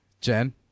Jen